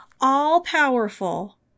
all-powerful